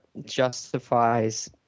justifies